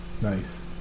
Nice